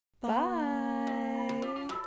Bye